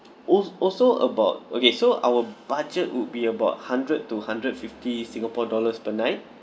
als~ also about okay so our budget would be about hundred to hundred fifty singapore dollars per night